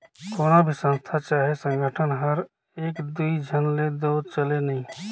कोनो भी संस्था चहे संगठन हर एक दुई झन ले दो चले नई